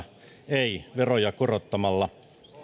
ei veroja korottamalla